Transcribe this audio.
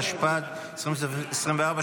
התשפ"ה 2024,